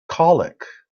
colic